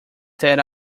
that